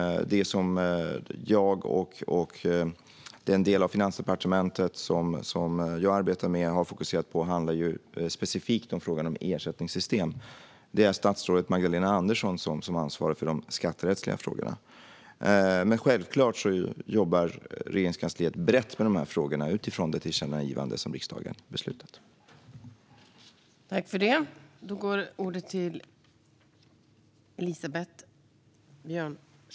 Det som jag och den del av Finansdepartementet som jag arbetar med har fokuserat på handlar specifikt om frågan om ersättningssystem. Det är statsrådet Magdalena Andersson som är ansvarig för de skatterättsliga frågorna. Men självklart jobbar Regeringskansliet brett med dessa frågor utifrån det tillkännagivande som riksdagen beslutat om.